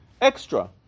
extra